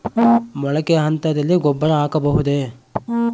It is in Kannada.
ಮೊಳಕೆ ಹಂತದಲ್ಲಿ ಗೊಬ್ಬರ ಹಾಕಬಹುದೇ?